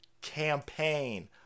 campaign